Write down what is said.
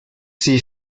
ces